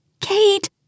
Kate